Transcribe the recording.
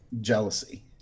jealousy